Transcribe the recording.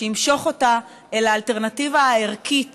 שימשוך אותה אל האלטרנטיבה הערכית